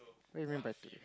when you going party